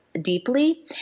deeply